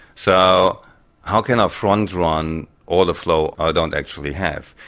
so how can i front run order flow i don't actually have?